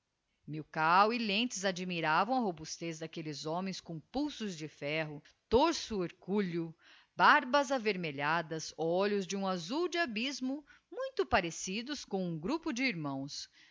milkau e lentz admiravam a robustez d'aquelles homens com pulsos de ferro torso hercúleo barbas avermelhadas olhos de um azul de abysmo muito parecidos como um grupo de irmãos